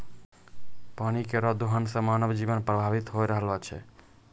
पानी केरो दोहन सें मानव जीवन प्रभावित होय रहलो छै